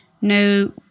no